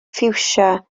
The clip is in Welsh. ffiwsia